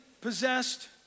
possessed